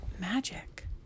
magic